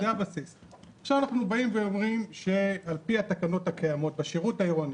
עכשיו אנחנו אומרים שעל פי התקנות הקיימות בשירות העירוני,